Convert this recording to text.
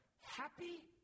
happy